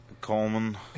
Coleman